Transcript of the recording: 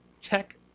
tech